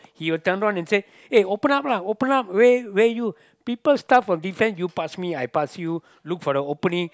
he will come down and say open up lah open up where where you people style of defense you pass me I pass you look for the opening